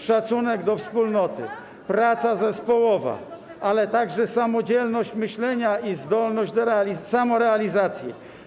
Szacunek do wspólnoty, praca zespołowa, ale także samodzielność myślenia i zdolność do samorealizacji.